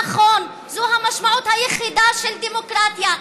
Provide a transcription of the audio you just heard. נכון, זו המשמעות היחידה של דמוקרטיה.